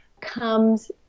comes